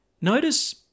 Notice